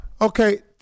Okay